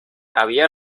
había